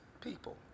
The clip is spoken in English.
people